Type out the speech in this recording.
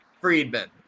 Friedman